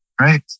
right